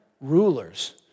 rulers